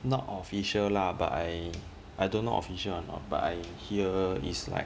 not official lah but I I don't know official or not but I hear is like